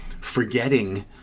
forgetting